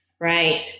right